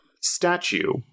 statue